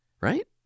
right